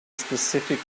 specific